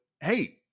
hey